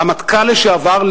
רמטכ"ל לשעבר,